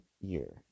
year